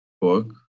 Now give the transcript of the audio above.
book